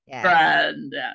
friend